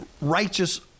righteous